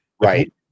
Right